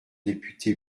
députés